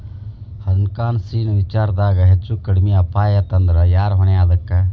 ಹಣ್ಕಾಸಿನ್ ವಿಚಾರ್ದಾಗ ಹೆಚ್ಚು ಕಡ್ಮಿ ಅಪಾಯಾತಂದ್ರ ಯಾರ್ ಹೊಣಿ ಅದಕ್ಕ?